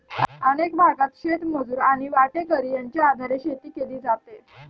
अनेक भागांत शेतमजूर आणि वाटेकरी यांच्या आधारे शेती केली जाते